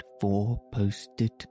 four-posted